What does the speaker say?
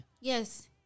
yes